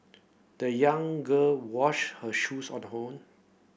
the young girl washed her shoes on the her own